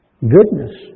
Goodness